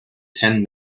ten